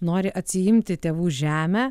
nori atsiimti tėvų žemę